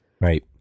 Right